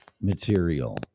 material